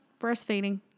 breastfeeding